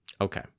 okay